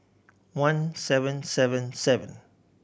one seven seven seven